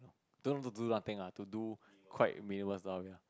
don't to do nothing ah to do quite minimal stuff ya